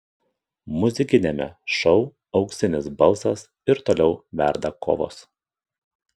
muzikiniame šou auksinis balsas ir toliau verda kovos